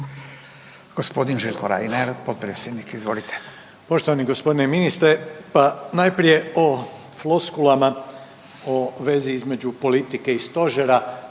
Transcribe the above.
Gospodin Željko Reiner potpredsjednik. Izvolite.